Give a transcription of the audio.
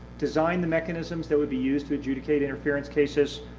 design the mechanisms that would be used to adjudicate interference cases,